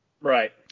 Right